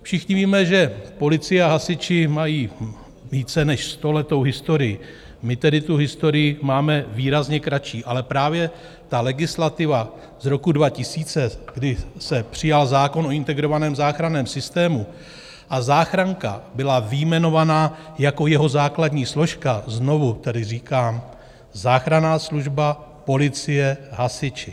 Všichni víme, že policie a hasiči mají více než stoletou historii, my tedy tu historii máme výrazně kratší, ale právě legislativa z roku 2000, kdy se přijal zákon o Integrovaném záchranném systému, a záchranka byla vyjmenovaná jako jeho základní složka znovu tedy říkám, záchranná služba, policie, hasiči.